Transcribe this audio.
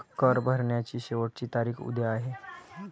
कर भरण्याची शेवटची तारीख उद्या आहे